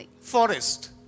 Forest